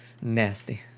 Nasty